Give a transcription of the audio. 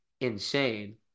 insane